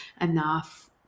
enough